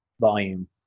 volume